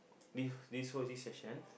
this this whole this session